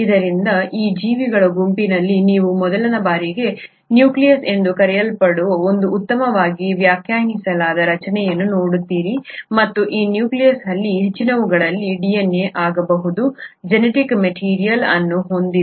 ಆದ್ದರಿಂದ ಈ ಜೀವಿಗಳ ಗುಂಪಿನಲ್ಲಿ ನೀವು ಮೊದಲ ಬಾರಿಗೆ ನ್ಯೂಕ್ಲಿಯಸ್ ಎಂದು ಕರೆಯಲ್ಪಡುವ ಒಂದು ಉತ್ತಮವಾಗಿ ವ್ಯಾಖ್ಯಾನಿಸಲಾದ ರಚನೆಯನ್ನು ನೋಡುತ್ತೀರಿ ಮತ್ತು ಈ ನ್ಯೂಕ್ಲಿಯಸ್ ಅಲ್ಲಿ ಹೆಚ್ಚಿನವುಗಳಲ್ಲಿ DNA ಆಗಬಹುದಾದ ಜೆನೆಟಿಕ್ ಮೆಟೀರಿಯಲ್ ಅನ್ನು ಹೊಂದಿದೆ